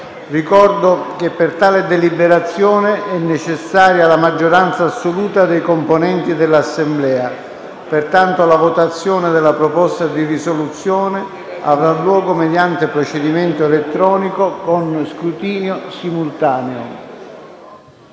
Avverto che per tale deliberazione è necessaria la maggioranza assoluta dei componenti dell'Assemblea. Pertanto, la votazione della proposta di risoluzione avrà luogo mediante procedimento elettronico con scrutinio simultaneo.